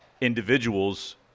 individuals